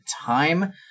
time